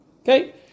Okay